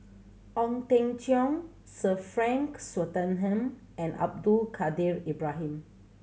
Ong Teng Cheong Sir Frank Swettenham and Abdul Kadir Ibrahim